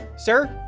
sir,